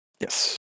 Yes